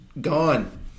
gone